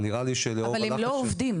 אבל נראה לי -- אבל הם לא עובדים,